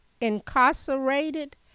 incarcerated